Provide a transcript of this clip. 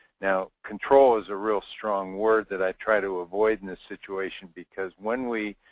now control is a real strong word that i try to avoid in this situation. because when we,